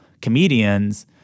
comedians –